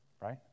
right